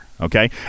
okay